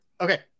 Okay